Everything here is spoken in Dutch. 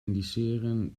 indiceren